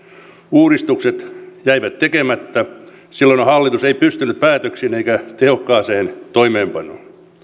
uudistukset jäivät tekemättä silloinen hallitus ei pystynyt päätöksiin eikä tehokkaaseen toimeenpanoon